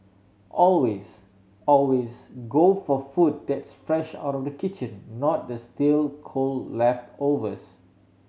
always always go for food that's fresh out of the kitchen not the stale cold leftovers